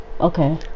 Okay